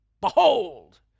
behold